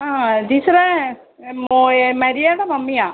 ആ ടീച്ചറേ മരിയേടെ മമ്മിയാ